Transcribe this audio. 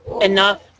enough